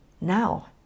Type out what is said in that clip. now